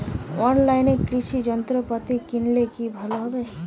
অনলাইনে কৃষি যন্ত্রপাতি কিনলে কি ভালো হবে?